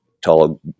tall